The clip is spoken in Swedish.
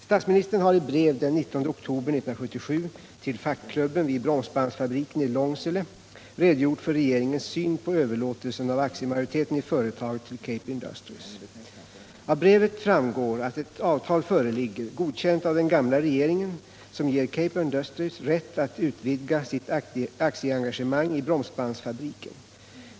Statsministern har i brev den 19 oktober 1977 till fackklubben vid Bromsbandsfabriken i Långsele redogjort för regeringens syn på överlåtelsen av aktiemajoriteten i företaget till Cape Industries. Av brevet framgår att ett avtal föreligger, godkänt av den gamla regeringen, som ger Cape Industries rätten att utvidga sitt aktieengagemang i Bromsbandsfabriken.